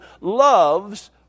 loves